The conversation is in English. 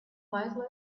quietly